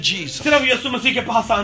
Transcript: Jesus।